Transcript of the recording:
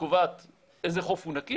שקובעת איזה חוף הוא נקי.